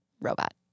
Robot